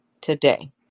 today